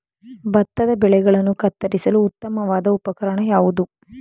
ಭತ್ತದ ಬೆಳೆಗಳನ್ನು ಕತ್ತರಿಸಲು ಉತ್ತಮವಾದ ಉಪಕರಣ ಯಾವುದು?